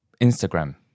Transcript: Instagram